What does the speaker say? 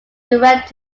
direct